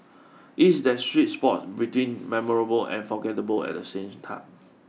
it is that sweet spot between memorable and forgettable at the same time